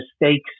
Mistakes